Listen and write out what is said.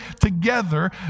together